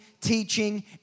teaching